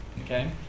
Okay